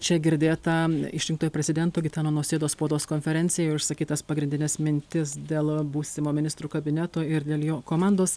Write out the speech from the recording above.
čia girdėtą išrinktojo prezidento gitano nausėdos spaudos konferencijoje išsakytas pagrindines mintis dėl būsimo ministrų kabineto ir dėl jo komandos